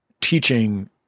teaching